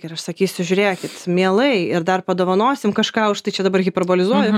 ir aš sakysiu žiūrėkit mielai ir dar padovanosim kažką už tai čia dabar hiperbolizuoju